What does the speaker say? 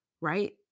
right